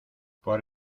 por